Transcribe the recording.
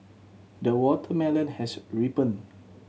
the watermelon has ripened